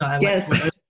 Yes